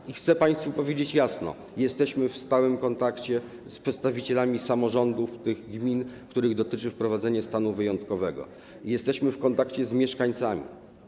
I chcę państwu powiedzieć jasno: jesteśmy w stałym kontakcie z przedstawicielami samorządów tych gmin, których dotyczy wprowadzenie stanu wyjątkowego, jesteśmy w kontakcie z mieszkańcami.